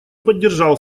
поддержал